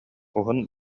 уһун